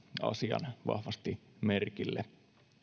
asian vahvasti merkille